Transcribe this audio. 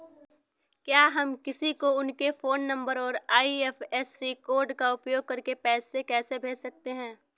क्या हम किसी को उनके फोन नंबर और आई.एफ.एस.सी कोड का उपयोग करके पैसे कैसे भेज सकते हैं?